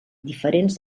diferents